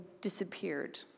disappeared